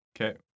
Okay